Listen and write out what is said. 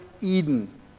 Eden